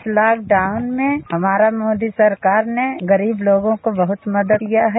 इस लॉकडाउन में हमारा मोदी सरकार ने गरीब लोगों को बहुत मदद किया है